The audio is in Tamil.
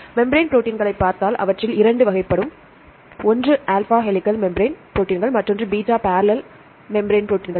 மெம்பிரான் ப்ரோடீன்களைப் பார்த்தால் அவற்றில் இரண்டு வகைப்படும் ஒன்று ஆல்பா ஹெலிகல் மெம்பிரான் ப்ரோடீன்கள் மற்றொன்று பீட்டா பர்ரேல் மெம்பிரான் ப்ரோடீன்கள்